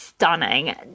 Stunning